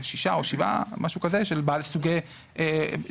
שישה או שבעה סוגי רישיונות,